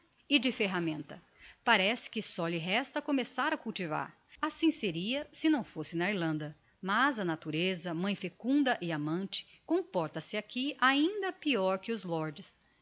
e de ferramenta parece que só lhe resta começar a cultivar assim seria se não fosse na irlanda mas a natureza mãe fecunda e amante comporta se aqui ainda peior que os lords